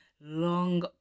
long